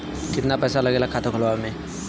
कितना पैसा लागेला खाता खोलवावे में?